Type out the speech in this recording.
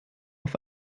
auf